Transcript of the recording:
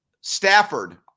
Stafford